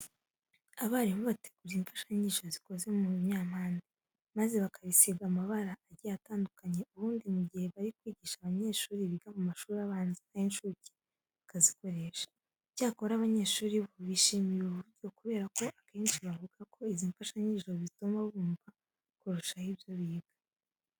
Abarimu bategura imfashanyigisho zikoze mu binyampande, maze bakabisiga amabara agiye atandukanye ubundi mu gihe bari kwigisha abanyeshuri biga mu mashuri abanza n'ay'incuke bakabikoresha. Icyakora, abanyeshuri bo bishimira ubu buryo kubera ko akenshi bavuga ko izi mfashanyigisho zituma bumva kurushaho ibyo biga.